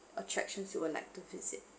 attractions you would like to visit